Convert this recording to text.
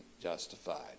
justified